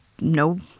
no